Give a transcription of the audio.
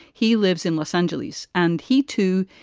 he lives in los angeles and he, too,